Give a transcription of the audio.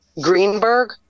Greenberg